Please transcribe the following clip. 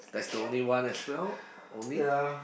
that's the only one as well only